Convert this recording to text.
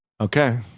Okay